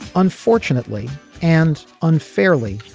unfortunately and unfairly.